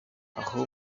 aho